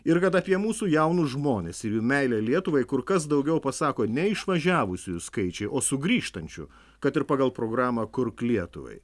ir kad apie mūsų jaunus žmones ir jų meilę lietuvai kur kas daugiau pasako ne išvažiavusiųjų skaičiai o sugrįžtančių kad ir pagal programą kurk lietuvai